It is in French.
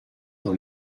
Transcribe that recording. dans